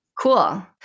Cool